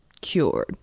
cured